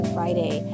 Friday